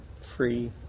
Free